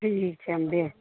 ठीक छै हम भेज देम